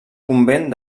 convent